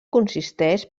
consisteix